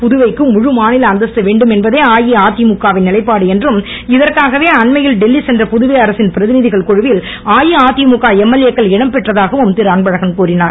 புதுவைக்கு முழு மாநில அந்தஸ்து வேண்டுமென்பதே அஇஅதிமுக வின் நிலைப்பாடு என்றும் இதற்காகவே அண்மையில் டெல்லி சென்ற புதுவை அரசின் பிரதிநிதகள் குழுவில் அஇஅதிமுக எம்எல்ஏ க்கள் இடம்பெற்றதாகவும் திருஅன்பழகன் கூறிஞர்